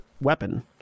weapon